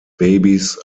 babys